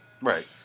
Right